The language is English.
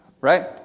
Right